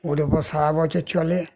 ওর উপর সারা বছর চলে